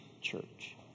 Church